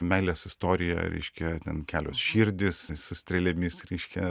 meilės istorija reiškia ten kelios širdys su strėlėmis reiškia